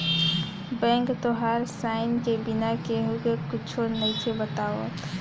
bank तोहार sign के बिना केहु के कुच्छो नइखे बतावत